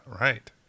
right